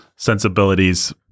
Sensibilities